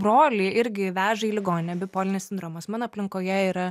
brolį irgi veža į ligoninę bipolinis sindromas mano aplinkoje yra